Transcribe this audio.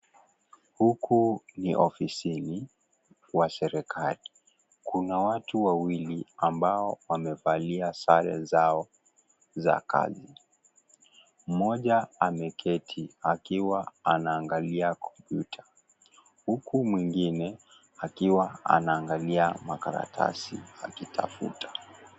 Huku ni ofisini wa serekali. Kuna watu wawili ambao wamevalia sare zao za kazi. Mmoja ameketi akiwa anaangalia kompyuta huku mwingine akiwa anaangalia makaratasi akitafuta.